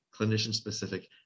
clinician-specific